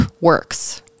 works